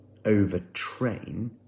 overtrain